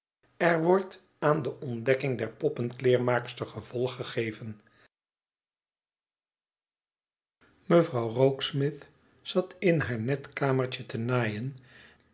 er wordt aan de ontdekking der poppenklebrmaakster gevolg gegeven mevrouw rokesmith zat in haar net kamertje te naaien